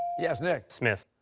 yes, nick? smith.